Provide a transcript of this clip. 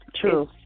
true